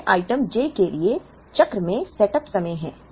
यह item j के लिए चक्र में सेटअप समय है